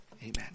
Amen